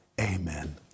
Amen